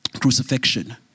crucifixion